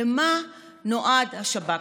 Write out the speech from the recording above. למה נועד השב"כ?